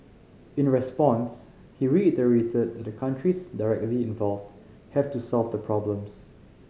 in response he reiterated that the countries directly involved have to resolve the problems